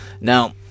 Now